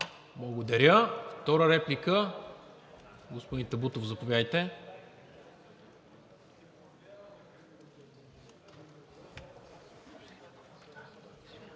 Благодаря. Втора реплика – господин Табутов, заповядайте.